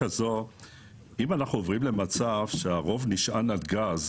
אם אנחנו עוברים למצב שהרוב נשען על גז